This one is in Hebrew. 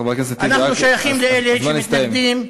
אנחנו שייכים לאלה שמתנגדים,